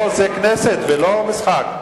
פה זה כנסת ולא משחק.